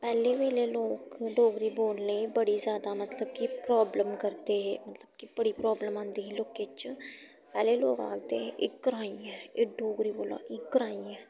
पैह्लें पैह्लें लोक डोगरी बोलने च बड़ी जैदा मतलब कि प्राब्लम करदे हे कि बड़ी प्राब्लम औंदी ही लोकें च पैह्ले लोक आखदे हे एह् ग्राईं ऐ एह् डोगरी बोल्ला दा एह् ग्राईं ऐ